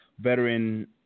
veteran